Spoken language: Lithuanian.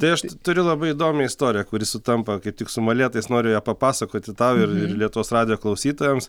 tai aš turiu labai įdomią istoriją kuri sutampa kaip tik su molėtais noriu ją papasakoti tau ir ir lietuvos radijo klausytojams